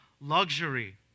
luxury